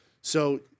So-